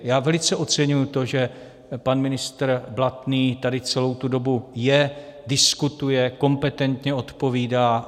Já velice oceňuji to, že pan ministr Blatný tady celou tu dobu je, diskutuje, kompetentně odpovídá.